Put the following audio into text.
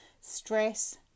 stress